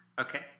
Okay